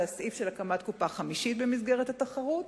זה הסעיף של הקמת קופה חמישית במסגרת התחרות,